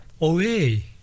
away